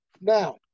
Now